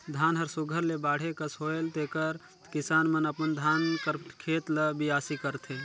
धान हर सुग्घर ले बाढ़े कस होएल तेकर किसान मन अपन धान कर खेत ल बियासी करथे